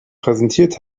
präsentiert